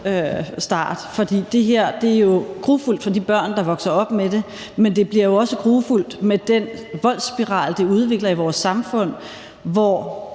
start, for det her er jo grufuldt for de børn, der vokser op med det. Men det bliver jo også grufuldt med den voldsspiral, det udvikler i vores samfund, hvor